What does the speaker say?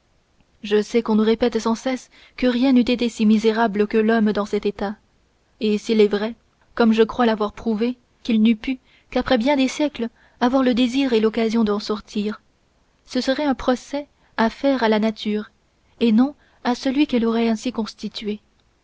je sais qu'on nous répète sans cesse que rien n'eût été si misérable que l'homme dans cet état et s'il est vrai comme je crois l'avoir prouvé qu'il n'eût pu qu'après bien des siècles avoir le désir et l'occasion d'en sortir ce serait un procès à faire à la nature et non à celui qu'elle aurait ainsi constitué